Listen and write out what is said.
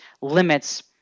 limits